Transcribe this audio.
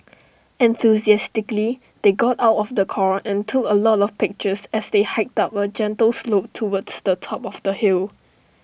enthusiastically they got out of the car and took A lot of pictures as they hiked up A gentle slope towards the top of the hill